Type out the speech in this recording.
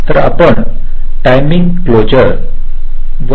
तर आपण टायमिंग क्लोजरTiming Closure